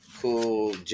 cool